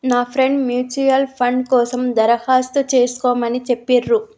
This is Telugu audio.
నా ఫ్రెండు ముచ్యుయల్ ఫండ్ కోసం దరఖాస్తు చేస్కోమని చెప్పిర్రు